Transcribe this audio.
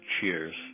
Cheers